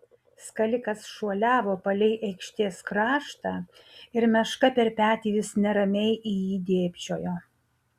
skalikas šuoliavo palei aikštės kraštą ir meška per petį vis neramiai į jį dėbčiojo